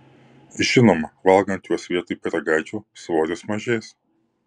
žinoma valgant juos vietoj pyragaičių svoris mažės